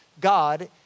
God